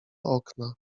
okna